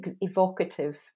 evocative